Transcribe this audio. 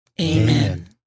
Amen